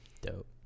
Dope